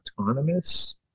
autonomous